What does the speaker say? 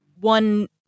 one